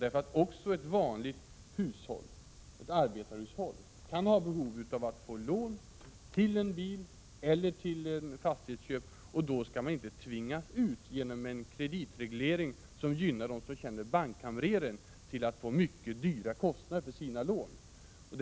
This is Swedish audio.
Även ett vanligt arbetarhushåll kan ju ha behov av att låna pengar till en bil eller ett fastighetsköp. Då skall man inte tvingas till mycket höga kostnader för sina lån på grund av en kreditreglering som gynnar dem som känner bankkamreren.